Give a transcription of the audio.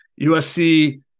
USC